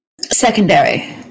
secondary